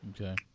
Okay